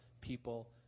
people